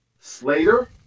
Slater